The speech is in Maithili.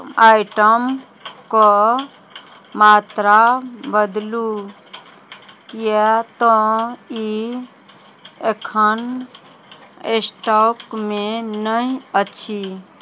आइटमके मात्रा बदलू किएक तऽ ई एखन स्टॉकमे नहि अछि